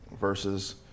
versus